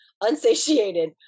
unsatiated